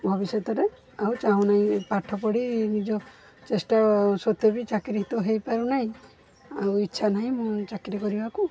ଭବିଷ୍ୟତରେ ଆଉ ଚାହୁଁନାହିଁ ପାଠ ପଢ଼ି ନିଜ ଚେଷ୍ଟା ସତ୍ବେ ବି ଚାକିରି ତ ହୋଇପାରୁନାହିଁ ଆଉ ଇଚ୍ଛା ନାହିଁ ମୁଁ ଚାକିରି କରିବାକୁ